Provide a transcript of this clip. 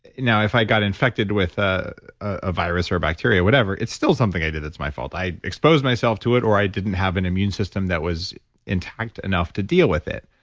now, if i got infected with ah a virus or a bacteria, whatever, it's still something i did, it's my fault. i exposed myself to it or i didn't have an immune system that was intact enough to deal with it.